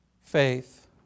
faith